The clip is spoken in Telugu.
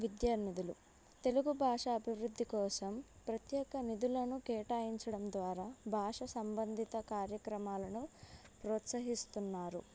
విద్యానిధులు తెలుగు భాష అభివృద్ధి కోసం ప్రత్యేక నిధులను కేటాయించడం ద్వారా భాష సంబంధిత కార్యక్రమాలను ప్రోత్సహిస్తున్నారు